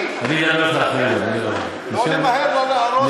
ודווקא זה כפר של מתנחלים ולא כפר של בדואים.